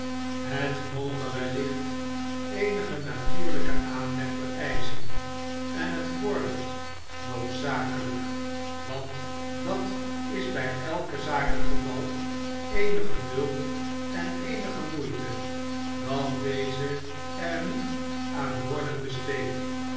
het moge wellicht eenigen natuurlijken aanleg vereischen en het vordert noodzakelijk want dat is bg elke zaak het geval eenig geduld en eenige moeite dat deze er niet aan worden besteed